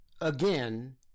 Again